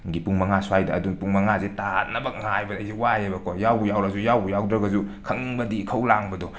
ꯄꯨꯡ ꯃꯉꯥ ꯁ꯭ꯋꯥꯏꯗ ꯑꯗꯣ ꯄꯨꯡ ꯃꯉꯥꯁꯦ ꯇꯥꯅꯕ ꯉꯥꯏꯕꯗ ꯑꯩꯁꯦ ꯋꯥꯏ ꯑꯕꯀꯣ ꯌꯥꯎꯕꯨ ꯌꯥꯎꯔꯛꯑꯁꯨ ꯌꯥꯎꯕꯨ ꯌꯥꯎꯗ꯭ꯔꯒꯁꯨ ꯈꯪꯅꯤꯡꯕꯗꯤ ꯏꯈꯧ ꯂꯥꯡꯕꯗꯣ